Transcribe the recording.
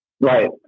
Right